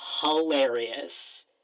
hilarious